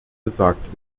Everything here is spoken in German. gesagt